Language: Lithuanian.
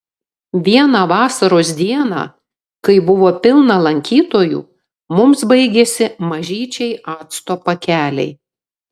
vieną vasaros dieną kai buvo pilna lankytojų mums baigėsi mažyčiai acto pakeliai